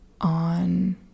on